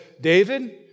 David